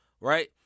right